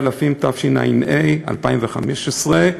התשע"ה 2015,